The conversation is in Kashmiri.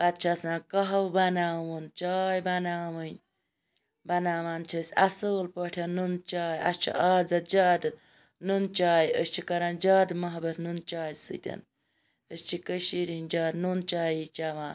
پَتہٕ چھِ آسان قَہَو بَناوُن چاے بَناوٕنۍ بَناوان چھَس اَصل پٲٹھۍ نُن چاے اَسہِ چھُ آزَتھ زیادٕ نُن چایہِ أسۍ چھِ کَران جادٕ مَحبَت نُن چایہِ سۭتۍ أسۍ چھِ کٔشیٖر ہِنٛدۍ زیادٕ نُن چایی چَوان